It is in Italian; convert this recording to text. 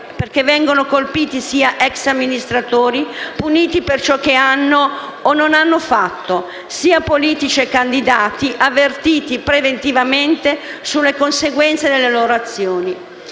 perché vengono colpiti sia ex amministratori, puniti per ciò che hanno o non hanno fatto, sia politici e candidati, avvertiti preventivamente sulle conseguenze delle loro azioni.